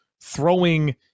throwing